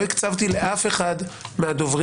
לא הקצבתי זמנים לאף אחד מהדוברים,